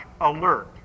alert